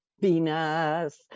Venus